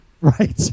Right